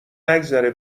نگذره